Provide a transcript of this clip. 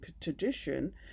tradition